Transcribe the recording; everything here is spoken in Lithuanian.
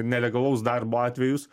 nelegalaus darbo atvejus